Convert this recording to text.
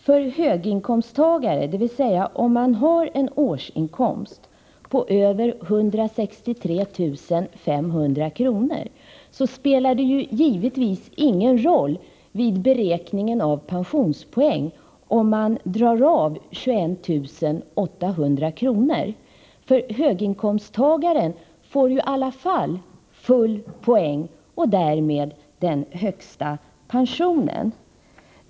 För höginkomsttagare — dvs. för dem som har en årsinkomst på över 163 500 kr. — spelar det givetvis ingen roll vid beräkningen av pensionspoäng om 21 800 kr. dras av, för höginkomsttagaren får ju i alla fall full poäng och således den högsta pensionen.